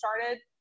started